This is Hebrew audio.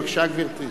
בבקשה, גברתי.